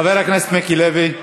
חבר הכנסת מיקי לוי.